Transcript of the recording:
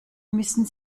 müssen